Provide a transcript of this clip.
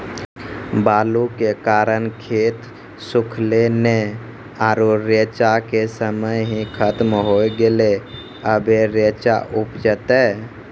बालू के कारण खेत सुखले नेय आरु रेचा के समय ही खत्म होय गेलै, अबे रेचा उपजते?